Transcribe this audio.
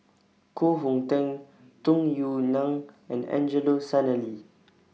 Koh Hong Teng Tung Yue Nang and Angelo Sanelli